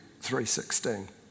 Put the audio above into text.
3.16